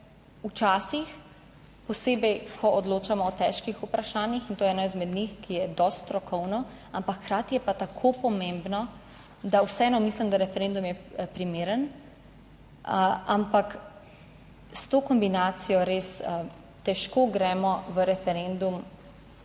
včasih, posebej ko odločamo o težkih vprašanjih in to je eno izmed njih, ki je dosti strokovno, ampak hkrati je pa tako pomembno, da vseeno mislim, da referendum je primeren. Ampak, s to kombinacijo res težko gremo v referendum